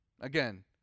Again